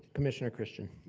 commissioner christian.